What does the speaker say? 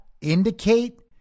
indicate